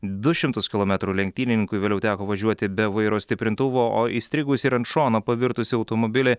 du šimtus kilometrų lenktynininkui vėliau teko važiuoti be vairo stiprintuvo o įstrigusį ir ant šono pavirtusį automobilį